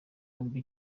yombi